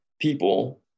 people